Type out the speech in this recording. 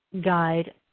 guide